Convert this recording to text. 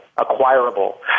acquirable